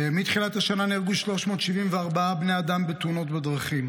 מתחילת השנה נהרגו 374 בני אדם בתאונות בדרכים.